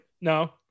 no